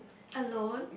alone